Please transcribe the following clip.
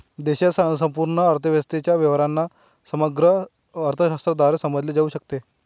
देशाच्या संपूर्ण अर्थव्यवस्थेच्या व्यवहारांना समग्र अर्थशास्त्राद्वारे समजले जाऊ शकते